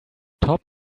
top